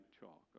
chalk